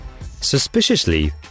Suspiciously